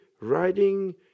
riding